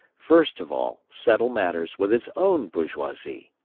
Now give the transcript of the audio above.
first of all settle matters with its own bourgeoisie.